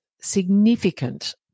significant